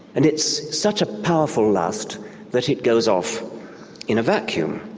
and it's such a powerful lust that it goes off in a vacuum,